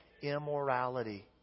immorality